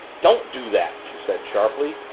don't do that! she said sharply.